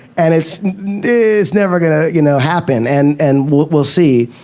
and it's it's never going to, you know, happen. and and we'll we'll see.